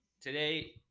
today